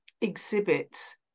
exhibits